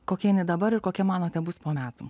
kokia jinai dabar ir kokia manote bus po metų